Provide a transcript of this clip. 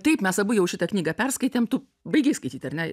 taip mes abu jau šitą knygą perskaitėm tu baigei skaityti ar ne